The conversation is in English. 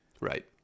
Right